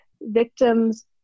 victims